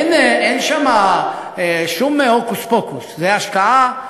אין שם שום הוקוס-פוקוס, זו השקעה.